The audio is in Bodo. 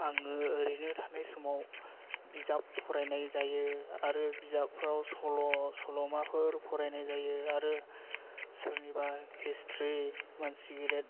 आङो ओरैनो थानाय समाव बिजाब फरायनाय जायो आरो बिजाबफ्राव सल' सल'माफोर फरायनाय जायो आरो सोरनिबा हिसट्रि मानसि गेदेर